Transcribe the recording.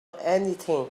anything